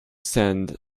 send